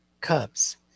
cubs